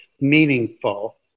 meaningful